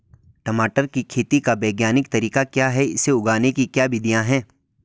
टमाटर की खेती का वैज्ञानिक तरीका क्या है इसे उगाने की क्या विधियाँ हैं?